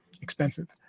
expensive